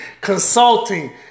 consulting